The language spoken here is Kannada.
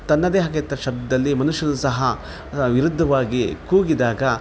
ತನ್ನದೇ ಆಗಿರ್ತ ಶಬ್ದದಲ್ಲಿ ಮನುಷ್ಯನೂ ಸಹ ವಿರುದ್ಧವಾಗಿ ಕೂಗಿದಾಗ